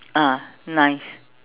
ah knife